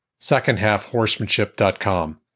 secondhalfhorsemanship.com